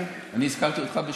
אמרת, אני הזכרתי אותך בשמך?